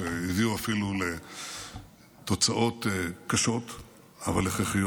שהביאו אפילו לתוצאות קשות אבל הכרחיות.